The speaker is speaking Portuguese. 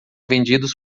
vendidos